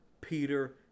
Peter